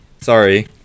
Sorry